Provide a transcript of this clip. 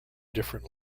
different